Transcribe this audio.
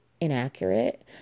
inaccurate